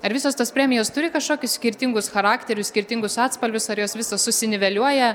ar visos tos premijos turi kažkokius skirtingus charakterius skirtingus atspalvius ar jos visos susiniveliuoja